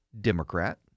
Democrat